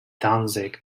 danzig